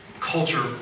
culture